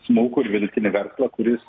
smulkų ir vidutinį verslą kuris